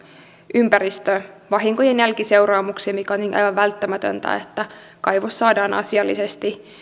ympäristövahinkojen jälkiseuraamuksiin mikä on tietenkin aivan välttämätöntä että kaivos saadaan asiallisesti